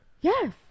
Yes